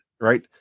right